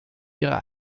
ihrer